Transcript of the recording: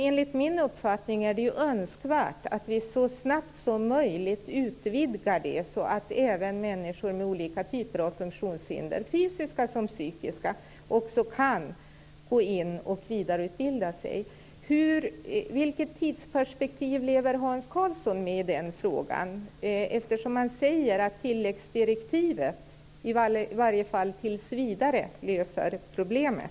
Enligt min uppfattning är det önskvärt att vi så snabbt som möjligt utvidgar kunskapslyftet så att även människor med olika typer av fysiska såväl som psykiska funktionshinder också kan vidareutbilda sig. Vilket tidsperspektiv lever Hans Karlsson med i den frågan? Han säger att tilläggsdirektivet tills vidare löser problemet.